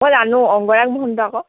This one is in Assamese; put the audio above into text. মই জানোঁ অংগৰাগ মহন্ত আকৌ